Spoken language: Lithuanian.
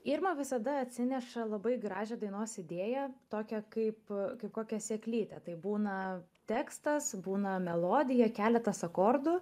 irma visada atsineša labai gražią dainos idėja tokią kaip kaip kokią sėklytę tai būna tekstas būna melodija keletas akordų